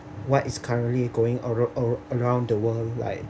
what is currently going arou~ around the world like